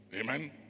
Amen